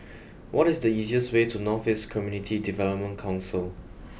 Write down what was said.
what is the easiest way to North East Community Development Council